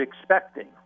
expecting